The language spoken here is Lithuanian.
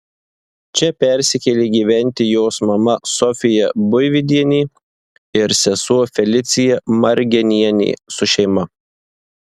čia persikėlė gyventi jos mama sofija buividienė ir sesuo felicija margenienė su šeima